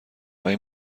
آیا